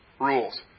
rules